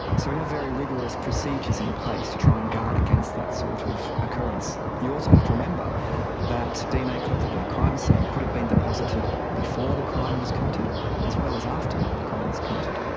so we have very rigorous procedures in place to try and guard against that sort of occurrence. you also have to remember that dna collected at a crime scene could have been deposited before the crime was committed as well as after the crime is committed.